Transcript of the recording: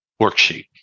worksheet